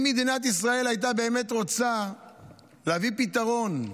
אם מדינת ישראל הייתה באמת רוצה להביא פתרון,